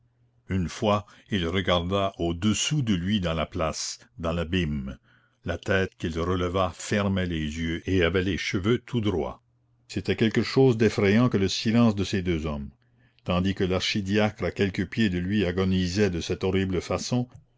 une fois il regarda au-dessous de lui dans la place dans l'abîme la tête qu'il releva fermait les yeux et avait les cheveux tout droits c'était quelque chose d'effrayant que le silence de ces deux hommes tandis que l'archidiacre à quelques pieds de lui agonisait de cette horrible façon